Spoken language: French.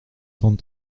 trente